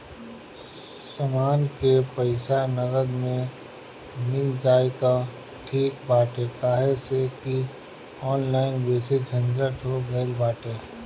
समान के पईसा नगद में मिल जाई त ठीक बाटे काहे से की ऑनलाइन बेसी झंझट हो गईल बाटे